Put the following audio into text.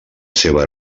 seva